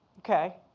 okay.